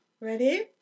Ready